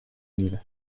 meal